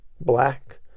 black